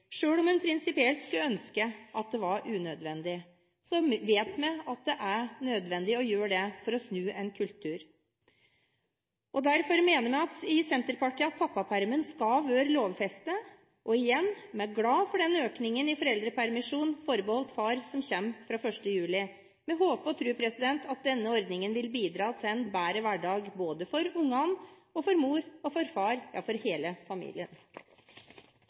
om en prinsipielt skulle ønske at det var unødvendig, vet vi at det er nødvendig å gjøre det for å snu en kultur. Derfor mener vi i Senterpartiet at pappapermen skal være lovfestet, og igjen: Vi er glad for den økningen i foreldrepermisjonen forbeholdt far som kommer fra 1. juli. Vi håper og tror at denne ordningen vil bidra til en bedre hverdag for barna, for mor og for far – for hele familien.